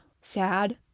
sad